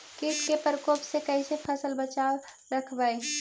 कीट के परकोप से कैसे फसल बचाब रखबय?